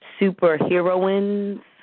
Superheroines